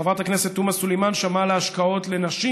חברת הכנסת תומא סלימאן שמעה על ההשקעות לנשים.